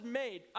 made